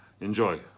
Enjoy